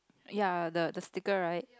ya the the stickers right